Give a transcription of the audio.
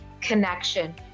connection